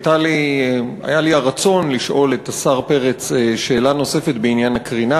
היה לי הרצון לשאול את השר פרץ שאלה נוספת בעניין הקרינה,